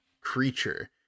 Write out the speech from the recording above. creature